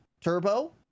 Turbo